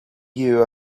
you